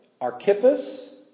Archippus